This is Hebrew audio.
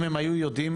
אם הם היו יודעים